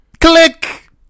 Click